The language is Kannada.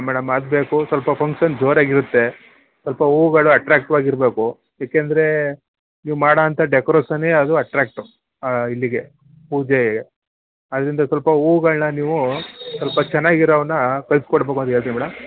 ಮೇಡಮ್ ಅದುಬೇಕು ಸ್ವಲ್ಪ ಫಂಕ್ಷನ್ ಜೋರಾಗಿರುತ್ತೆ ಸ್ವಲ್ಪ ಹೂಗಳು ಅಟ್ರಾಕ್ಟಿವಾಗಿರಬೇಕು ಏಕೆಂದ್ರೆ ನೀವು ಮಾಡೋಂಥ ಡೆಕೊರೋಸನ್ನೇ ಅದು ಅಟ್ರಾಕ್ಟು ಇಲ್ಲಿಗೆ ಪೂಜೆಗೆ ಅಲ್ಲಿಂದ ಸ್ವಲ್ಪ ಹೂಗಳನ್ನ ನೀವು ಸ್ವಲ್ಪ ಚೆನ್ನಾಗಿರೋವನ್ನು ಕಳಿಸ್ಕೊಡ್ಬೇಕು ಅಂತ ಹೇಳ್ತೀನಿ ಮೇಡಮ್